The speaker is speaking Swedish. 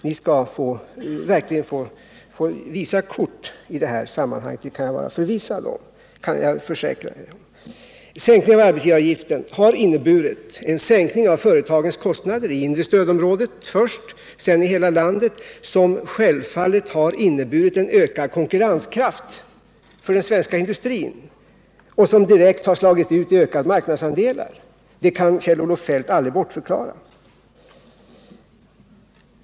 Ni skall verkligen få lägga korten på bordet i det här sammanhanget, det kan jag försäkra. Sänkningen av arbetsgivaravgiften har inneburit en sänkning av företagens kostnader först i det inre stödområdet och därefter i landet i övrigt. Självfallet har detta medfört en ökad konkurrenskraft för den svenska industrin som direkt har gett utslag i ökade marknadsandelar. Det kan Kjell-Olof Feldt aldrig bortförklara.